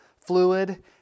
fluid